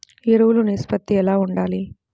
ఎరువులు నిష్పత్తి ఎలా ఉండాలి?